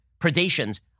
predations